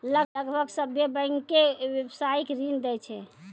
लगभग सभ्भे बैंकें व्यवसायिक ऋण दै छै